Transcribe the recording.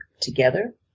together